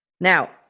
Now